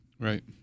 Right